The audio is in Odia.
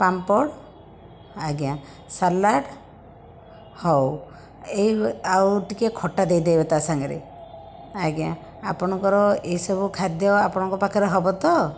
ପାମ୍ପଡ଼ ଆଜ୍ଞା ସାଲାଡ଼ ହଉ ଏଇ ଆଉ ଟିକେ ଖଟା ଦେଇଦେବେ ତା ସାଙ୍ଗରେ ଆଜ୍ଞା ଆପଣଙ୍କର ଏସବୁ ଖାଦ୍ୟ ଆପଣଙ୍କ ପାଖରେ ହବ ତ